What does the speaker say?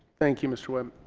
thank you mr. webb